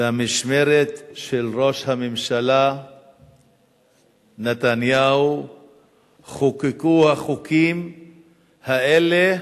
במשמרת של ראש הממשלה נתניהו חוקקו החוקים האלה,